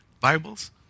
Bibles